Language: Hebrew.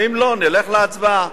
ואם לא, נלך להצבעה.